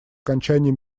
окончания